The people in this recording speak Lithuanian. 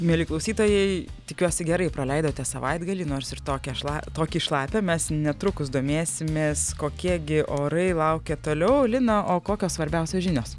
mieli klausytojai tikiuosi gerai praleidote savaitgalį nors ir tokią šla tokį šlapią mes netrukus domėsimės kokie gi orai laukia toliau lina o kokios svarbiausios žinios